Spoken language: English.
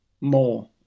more